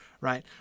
right